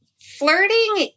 Flirting